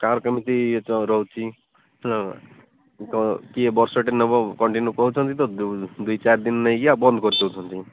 କାହାର କେମିତି ରହୁଛି ହଁ ତ କିଏ ବର୍ଷଟେ ନବ କଣ୍ଟୀନ୍ୟୁ କରୁଛନ୍ତି ତ ଦୁଇ ଚାରି ଦିନ ନେଇକି ୟା ବନ୍ଦ କରି ଦେଉଛନ୍ତି